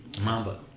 Mamba